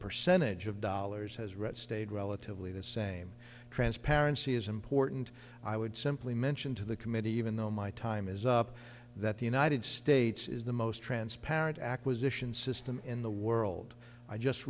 percentage of dollars has read stayed relatively the same transparency is important i would simply mention to the committee even though my time is up that the united states is the most transparent acquisition system in the world i just